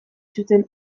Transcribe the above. zuten